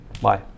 bye